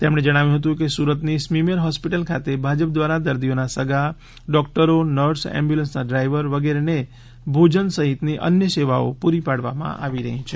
તેમણે જણાવ્યું હતું કે સુરતની સ્મીમેર હોસ્પિટલ ખાતે ભાજપ દ્વારા દર્દીઓના સગા ડોકટરો નર્સ એમ્બ્યુલન્સના ડ્રાઈવર વગેરેને ભોજન સહિતની અન્ય સેવાઓ પૂરી પાડવામાં આવી રહી છે